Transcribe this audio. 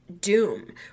doom